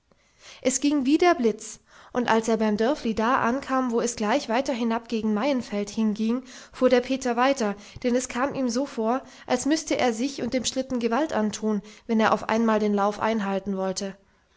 es ging wie der blitz und als er beim dörfli da ankam wo es gleich weiter hinab gegen maienfeld hin ging fuhr der peter weiter denn es kam ihm so vor als müßte er sich und dem schlitten gewalt antun wenn er auf einmal den lauf einhalten wollte